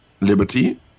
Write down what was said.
Liberty